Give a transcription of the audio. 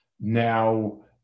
Now